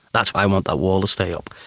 that's why i want that wall to stay up.